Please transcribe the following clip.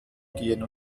gehen